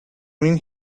mean